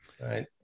Right